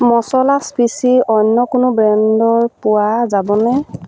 মচলা স্পেচি অন্য কোনো ব্ৰেণ্ডৰ পোৱা যাবনে